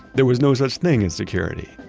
there was no such thing as security.